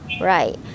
Right